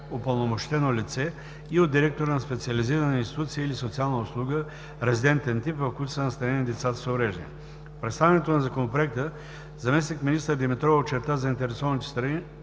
от упълномощено лице и от директора на специализирана институция или социална услуга, резидентен тип, в които са настанени децата с увреждания. В представянето на Законопроекта заместник-министър Димитрова очерта заинтересованите страни,